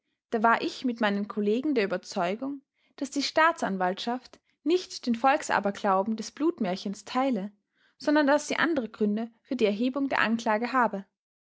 da war ich mit meinen kollegen der überzeugung daß die staatsanwaltschaft nicht den volksaberglauben des blutmärchens teile sondern daß sie andere gründe für die erhebung der anklage habe